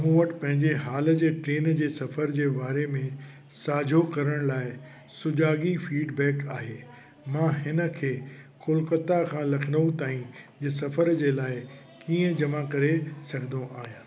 मूं वटि पंहिंजे हाल जे ट्रेन जे सफ़र जे बारे में साझो करण लाइ सुजागी फीडबैक आहे मां हिन खे कोलकता खां लखनऊ ताईं जे सफ़र जे लाइ कीअं जमा करे सघंदो आहियां